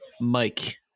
Mike